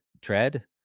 tread